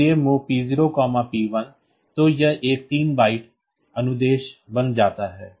इसलिए MOV P0 P1 तो यह एक 3 बाइट अनुदेश बन जाता है